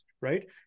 right